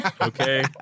Okay